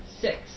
Six